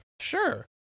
Sure